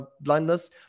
blindness